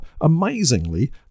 Amazingly